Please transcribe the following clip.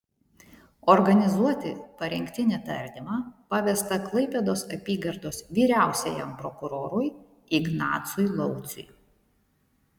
organizuoti parengtinį tardymą pavesta klaipėdos apygardos vyriausiajam prokurorui ignacui lauciui